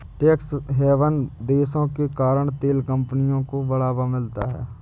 tax haven देशों के कारण तेल कंपनियों को बढ़ावा मिलता है